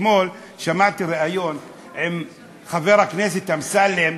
אתמול שמעתי ריאיון עם חבר הכנסת אמסלם,